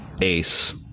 ace